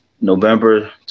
November